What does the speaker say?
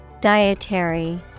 Dietary